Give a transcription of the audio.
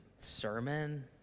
sermon